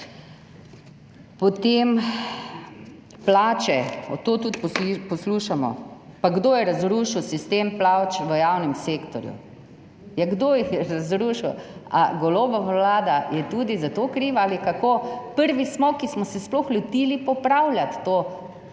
Potem plače, to tudi poslušamo. Pa kdo je razrušil sistem plač v javnem sektorju? Kdo jih je razrušil? A Golobova vlada je tudi za to kriva ali kako? Prvi smo, ki smo se sploh lotili popravljati to,